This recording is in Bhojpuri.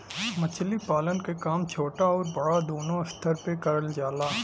मछली पालन क काम छोटा आउर बड़ा दूनो स्तर पे करल जाला